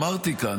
אמרתי כאן,